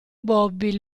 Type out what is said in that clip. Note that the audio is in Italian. bobby